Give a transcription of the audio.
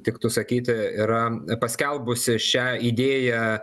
tiktų sakyti yra paskelbusi šią idėją